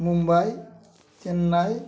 Mumbai Chennai